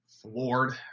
floored